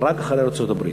רק אחרי ארצות-הברית,